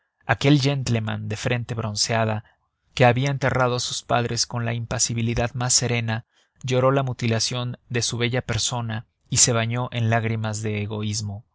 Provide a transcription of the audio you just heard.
aquel gentleman de frente bronceada que había enterrado a sus padres con la impasibilidad más serena lloró la mutilación de su bella persona y se bañó en lágrimas de egoísmo